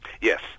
Yes